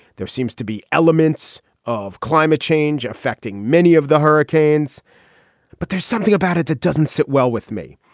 there seems to be elements of climate change affecting many of the hurricanes but there's something about it that doesn't sit well with me.